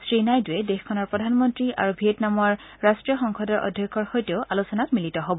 শ্ৰীনাইডুৱে দেশখনৰ প্ৰধানমন্ত্ৰী আৰু ভিয়েটনামৰ ৰাষ্টীয় সংসদৰ অধ্যক্ষৰ সৈতেও আলোচনাত মিলিত হ'ব